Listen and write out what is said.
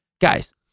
guys